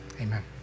Amen